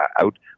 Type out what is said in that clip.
out